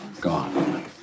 Gone